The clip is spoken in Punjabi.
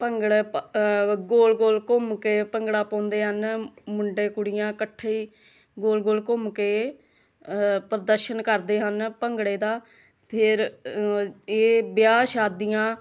ਭੰਗੜਾ ਗੋਲ ਗੋਲ ਘੁੰਮ ਕੇ ਭੰਗੜਾ ਪਾਉਂਦੇ ਹਨ ਮੁੰਡੇ ਕੁੜੀਆਂ ਇਕੱਠੇ ਹੀ ਗੋਲ ਗੋਲ ਘੁੰਮ ਕੇ ਪ੍ਰਦਰਸ਼ਨ ਕਰਦੇ ਹਨ ਭੰਗੜੇ ਦਾ ਫਿਰ ਇਹ ਵਿਆਹ ਸ਼ਾਦੀਆਂ